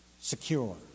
secure